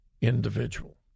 individual